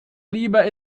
lieber